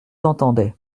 entendait